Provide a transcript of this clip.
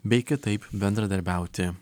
bei kitaip bendradarbiauti